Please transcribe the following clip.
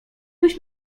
byś